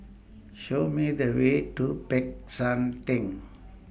Show Me The Way to Peck San Theng